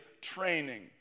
training